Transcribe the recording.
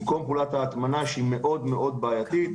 במקום פעולת ההטמנה שהיא מאוד מאוד בעייתית.